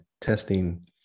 testing